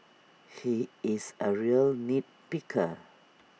he is A real nit picker